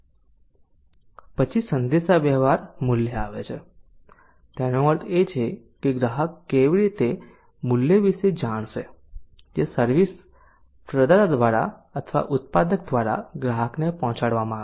પછી સંદેશાવ્યવહાર મૂલ્ય આવે છે તેનો અર્થ એ છે કે ગ્રાહક કેવી રીતે મૂલ્ય વિશે જાણશે જે સર્વિસ પ્રદાતા દ્વારા અથવા ઉત્પાદક દ્વારા ગ્રાહકને પહોંચાડવામાં આવે છે